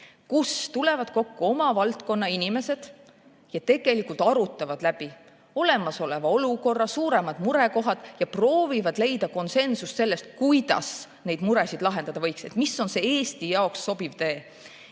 kus tulevad kokku oma valdkonna inimesed, arutavad läbi olemasoleva olukorra ja suuremad murekohad ning proovivad leida konsensust selles, kuidas neid muresid lahendada võiks ja mis on Eesti jaoks sobiv tee.